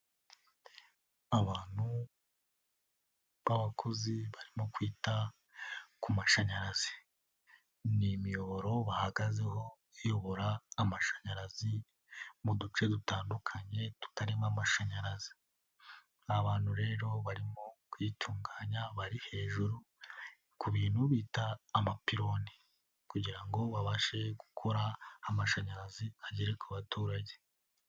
Abantu b'abakozi barimo kwita ku mashanyarazi, ni imiyoboro bahagazeho iyobora amashanyarazi mu duce dutandukanye tutarimo amashanyarazi, ni abantu rero barimo kuyitunganya bari hejuru ku bintu bita amapironi kugira ngo babashe gukora amashanyarazi agere ku baturage.